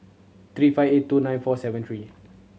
three five eight two nine four seven three